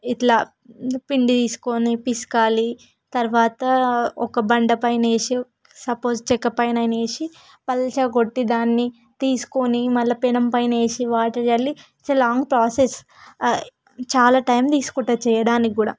ఇట్లా పిండి తీసుకొని పిసకాలి తరువాత ఒక బండ పైన వేసి సప్పోస్ చెక్క పైన అయినా వేసి పలుచగా కొట్టి దాన్ని తీస్కొని మళ్ళీ పెనం పైన వేసి వాటర్ చల్లి ఇట్స్ ఏ లాంగ్ ప్రొసెస్ చాల టైం తీసుకుంటుంది చేయడానికి కూడా